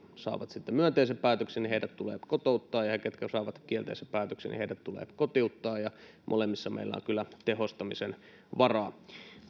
saavat sitten myönteisen päätöksen tulee kotouttaa ja heidät jotka saavat kielteisen päätöksen tulee kotiuttaa ja molemmissa meillä on kyllä tehostamisen varaa